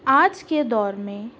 آج کے دور میں